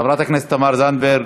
חברת הכנסת תמר זנדברג.